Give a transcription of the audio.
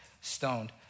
stoned